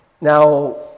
Now